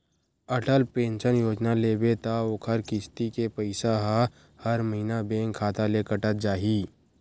Atal pension योजना लेबे त ओखर किस्ती के पइसा ह हर महिना बेंक खाता ले कटत जाही